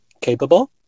capable